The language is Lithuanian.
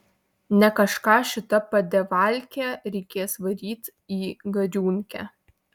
ne kažką šita padevalkė reikės varyt į gariūnkę